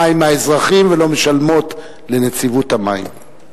המים מהאזרחים ולא משלמות לנציבות המים.